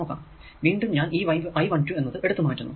വീണ്ടും ഞാൻ ഈ I 12 എന്നത് എടുത്തു മാറ്റുന്നു